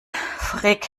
frick